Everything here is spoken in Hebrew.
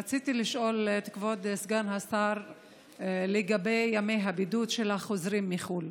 רציתי לשאול את כבוד סגן השר על ימי הבידוד של החוזרים מחו"ל.